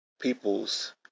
people's